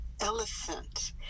elephant